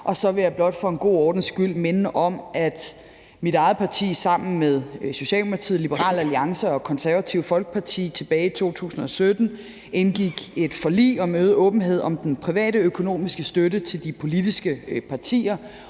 Så vil jeg også blot for en god ordens skyld minde om, at mit eget parti sammen med Socialdemokratiet, Liberal Alliance og Det Konservative Folkeparti tilbage i 2017 indgik et forlig om øget åbenhed om den private økonomiske støtte til de politiske partier.